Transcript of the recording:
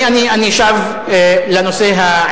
אה, אוקיי.